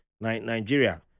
Nigeria